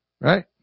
right